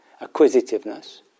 Acquisitiveness